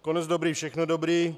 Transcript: Konec dobrý, všechno dobré.